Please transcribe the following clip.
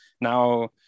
now